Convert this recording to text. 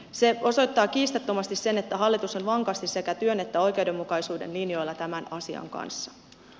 se osoittaa kiistattomasti sen että hallitus on vankasti sekä työn että oikeudenmukaisuuden linjoilla tämän asian kanssa